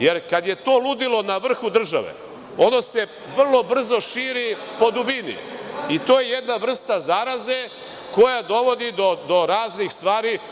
Jer, kad je to ludilo na vrhu države, ono se vrlo brzo širi po dubini i to je jedna vrsta zaraze koja dovodi do raznih stvari.